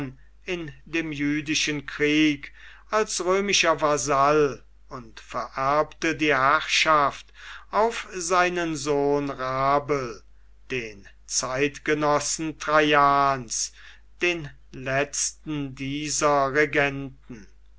in dem jüdischen krieg als römischer vasall und vererbte die herrschaft auf seinen sohn rabel den zeitgenossen traians den letzten dieser regenten